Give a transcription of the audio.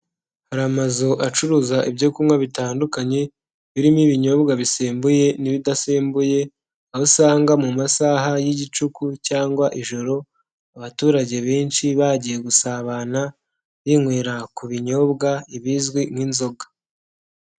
Hari amazu acuruza ibyo kunywa bitandukanye, birimo ibinyobwa bisembuye n'ibidasembuye, aho usanga mu masaha y'igicuku cyangwa ijoro abaturage benshi bagiye gusabana, binywera ku binyobwa bizwi nk'inzoga.